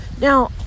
Now